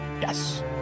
Yes